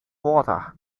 water